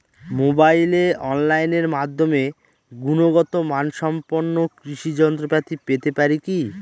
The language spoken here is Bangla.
মোবাইলে অনলাইনের মাধ্যমে গুণগত মানসম্পন্ন কৃষি যন্ত্রপাতি পেতে পারি কি?